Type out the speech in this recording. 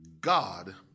God